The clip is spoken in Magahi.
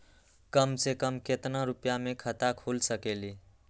कम से कम केतना रुपया में खाता खुल सकेली?